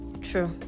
true